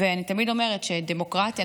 ואני תמיד אומרת שדמוקרטיה,